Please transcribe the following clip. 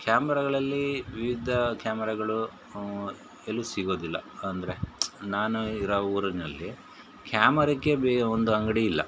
ಕ್ಯಾಮ್ರಾಗಳಲ್ಲಿ ವಿವಿಧ ಕ್ಯಾಮ್ರಾಗಳು ಎಲ್ಲೂ ಸಿಗೋದಿಲ್ಲ ಅಂದರೆ ನಾನು ಇರೋ ಊರಿನಲ್ಲಿ ಕ್ಯಾಮರಕ್ಕೇ ಬೇ ಒಂದು ಅಂಗಡಿ ಇಲ್ಲ